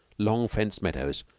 long-fenced meadows,